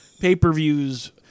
pay-per-views